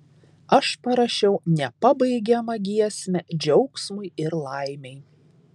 aš parašiau nepabaigiamą giesmę džiaugsmui ir laimei